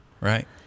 Right